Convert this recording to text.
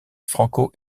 franco